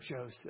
Joseph